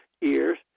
years